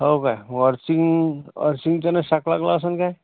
हो का अर्थिंग अर्थिंगच्याने शॉक लागला असन काय